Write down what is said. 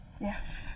Yes